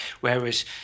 whereas